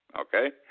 okay